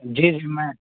जी जी मैं